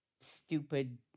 stupid